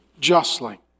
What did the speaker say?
justly